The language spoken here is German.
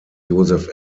joseph